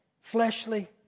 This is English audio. fleshly